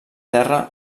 terra